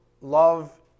love